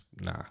Nah